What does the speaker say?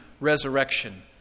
resurrection